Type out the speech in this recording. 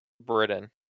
Britain